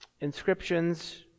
inscriptions